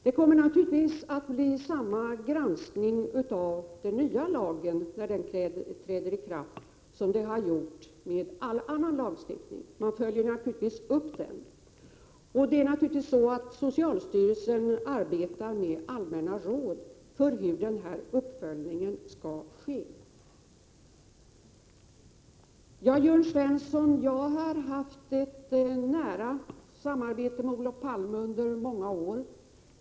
Det kommer naturligtvis att bli en granskning av den nya lagen när den har trätt i kraft, liksom har skett med all annan lagstiftning. Man följer naturligtvis upp lagstiftningen. Socialstyrelsen arbetar med allmänna råd för hur denna uppföljning skall ske. Till Jörn Svensson vill jag säga följande. Jag har haft ett nära samarbete med Olof Palme under många år.